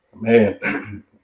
Man